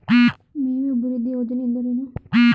ಮೇವು ಅಭಿವೃದ್ಧಿ ಯೋಜನೆ ಎಂದರೇನು?